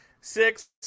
six